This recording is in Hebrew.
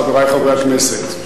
חברי חברי הכנסת,